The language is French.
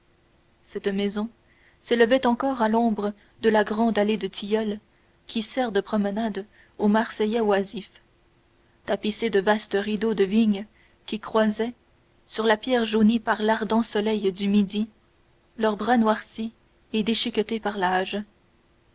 cette maison s'élevait encore à l'ombre de la grande allée de tilleuls qui sert de promenade aux marseillais oisifs tapissée de vastes rideaux de vigne qui croisaient sur la pierre jaunie par l'ardent soleil du midi leurs bras noircis et déchiquetés par l'âge